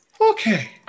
okay